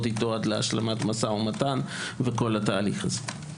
איתו עד להשלמת משא ומתן וכל התהליך הזה.